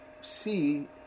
see